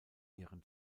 ihren